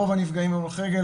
רוב הנפגעים הם הולכי רגל,